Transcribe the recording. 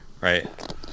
Right